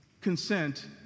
Consent